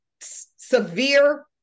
severe